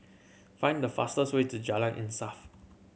find the fastest way to Jalan Insaf